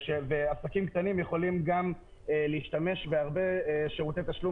ועסקים קטנים יכולים גם להשתמש בהרבה שירותי תשלום